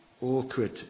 awkward